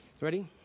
Ready